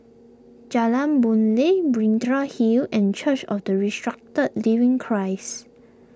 Jalan Boon Lay Binjai Hill and Church of the Resurrected Living Christ